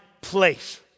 place